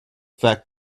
fact